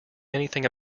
anything